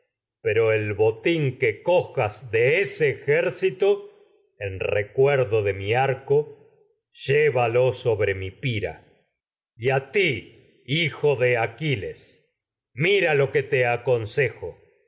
pero el cojas de sobre ejército a recuerdo de mi arco llé que mi pira y ti hijo de aquiles mira lo ni tú sin te aconsejo